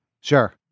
sure